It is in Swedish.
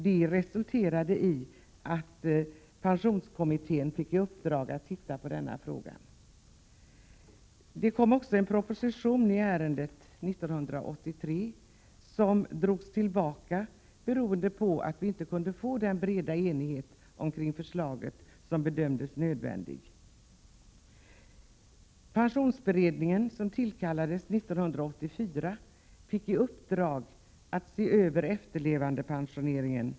Det resulterade i att pensionskommittén fick i uppdrag att se på denna fråga. Det kom också en proposition i ärendet 1983. Den drogs dock tillbaka, beroende på att vi inte kunde få den breda enighet omkring förslaget som bedömdes nödvändig. Pensionsberedningen, som tillkallades 1984, fick i uppdrag att se över efterlevandepensioneringen.